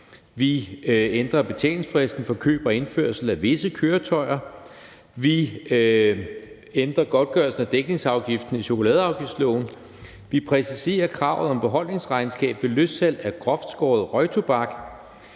Vi ændrer betalingsfristen for køb og indførsel af visse køretøjer. Vi ændrer godtgørelsen af dækningsafgiften i chokoladeafgiftsloven. Vi præciserer kravet om beholdningsregnskab ved løssalg af groftskåret røgtobak.